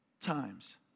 times